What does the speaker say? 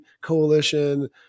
coalition